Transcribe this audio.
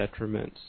detriments